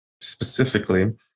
specifically